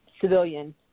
civilian